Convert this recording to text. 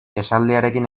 esaldiarekin